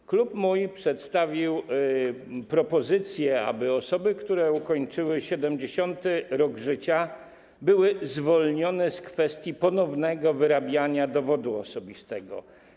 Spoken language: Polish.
Mój klub przedstawił propozycję, aby osoby, które ukończyły 70. rok życia, były zwolnione z obowiązku ponownego wyrabiania dowodu osobistego.